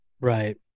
right